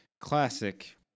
Classic